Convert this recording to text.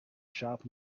sharp